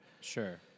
Sure